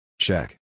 Check